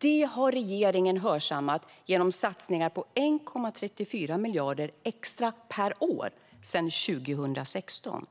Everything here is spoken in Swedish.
Det har regeringen hörsammat genom satsningar på 1,34 miljarder extra per år sedan 2016.